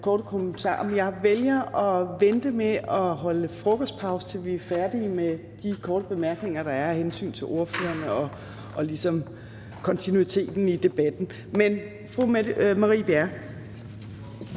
jeg vælger at vente med at holde frokostpause, til vi er færdige med de korte bemærkninger, der er, af hensyn til ordførerne og ligesom også kontinuiteten i debatten.